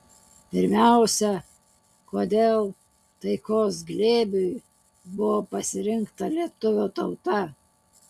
pirmiausia kodėl taikos glėbiui buvo pasirinkta lietuvių tauta